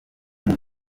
buri